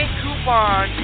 coupon